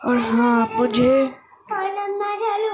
اور ہاں مجھے